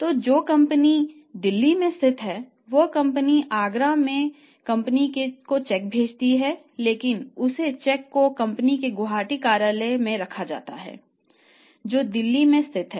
तो जो कंपनी दिल्ली में स्थित है वह कंपनी आगरा में कंपनी को चेक भेजती है लेकिन उस चेक को कंपनी के गुवाहाटी कार्यालय में रखा जाता है जो दिल्ली में स्थित है